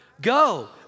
Go